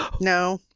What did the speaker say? No